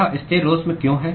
यह स्थिरोष्म क्यों है